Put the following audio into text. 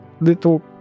little